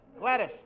Gladys